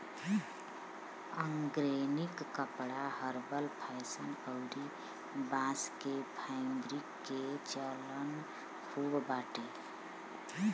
organic कपड़ा herbal fashion अउरी बांस के फैब्रिक के चलन खूब बाटे